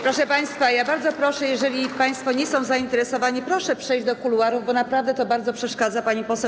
Proszę państwa, bardzo proszę, jeżeli państwo nie są zainteresowani, żeby przejść do kuluarów, bo naprawdę to bardzo przeszkadza pani poseł.